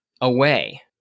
away